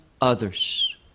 others